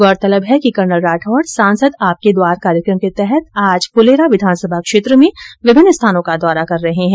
गौरतलब है कि कर्नल राठौड सांसद आपके द्वार कार्यक्रम के तहत आज फूलेरा विधानसभा क्षेत्र में विभिन्न स्थानों का दौरा कर रहे है